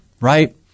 right